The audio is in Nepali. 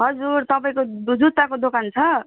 हजुर तपाईँको जु जुत्ताको दोकान छ